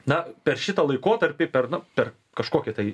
na per šitą laikotarpį per nu per kažkokį tai